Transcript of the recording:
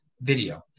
video